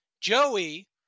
Joey